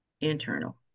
internal